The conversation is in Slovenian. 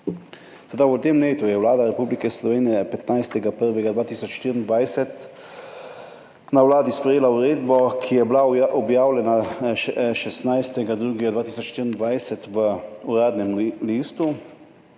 V tem letu je Vlada Republike Slovenije 15. 1. 2024 sprejela uredbo, ki je bila objavljena 16. 2. 2024 v Uradnem listu.